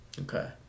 Okay